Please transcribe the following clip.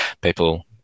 people